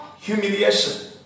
humiliation